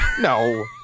No